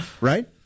Right